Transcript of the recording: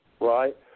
right